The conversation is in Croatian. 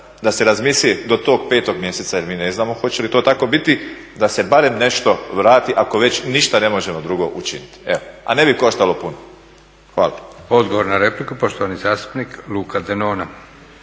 da se razmisli do tog 5.-og mjeseca, je mi ne znamo hoće li to tako biti, da se barem nešto vrati ako već ništa ne možemo drugo učiniti. Evo, a ne bi koštalo puno. Hvala.